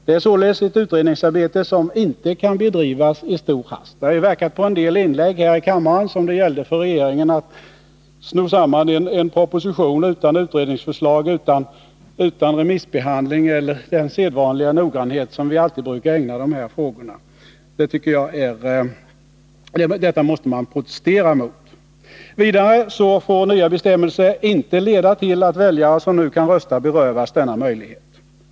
Det är således ett utredningsarbete som inte kan bedrivas i stor hast. Det verkar, av en del inlägg här i kammaren att döma, som om det gällde för regeringen att ”sno samman” en proposition utan utredningsförslag, utan remissbehandling och utan den sedvanliga noggrannhet som vi alltid ägnar frågor av detta slag. Detta måste man protestera mot. Vidare får nya bestämmelser inte leda till att väljare som nu kan rösta berövas denna möjlighet.